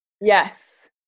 Yes